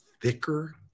thicker